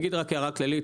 אני אגיד רק הערה כללית,